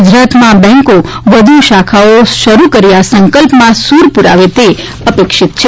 ગુજરાતમાં બેન્કો વ્ધુ શાખાઓ શરૂ કરી આ સંકલ્પમાં સૂર પૂરાવે તે અપેક્ષિત છે